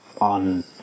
on